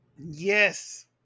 Yes